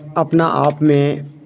अपना आपमे